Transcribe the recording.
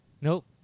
Nope